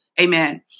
Amen